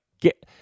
get